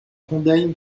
trondheim